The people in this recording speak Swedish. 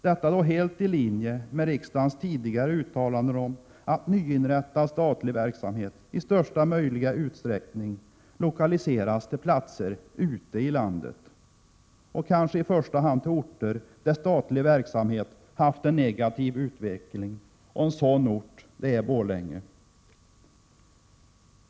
Detta sker helt i linje med riksdagens tidigare uttalanden om att nyinrättad statlig verksamhet i största möjliga utsträckning lokaliseras till platser ute i landet, i första hand till orter 'där statlig verksamhet haft en negativ utveckling. En sådan ort är Borlänge.